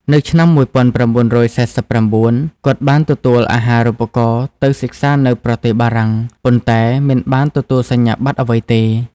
នៅឆ្នាំ១៩៤៩ គាត់ បានទទួលអាហារូបករណ៍ទៅសិក្សានៅប្រទេសបារាំង ប៉ុន្តែមិនបានទទួលសញ្ញាប័ត្រអ្វីទេ។